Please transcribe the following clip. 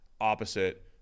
opposite